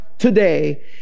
today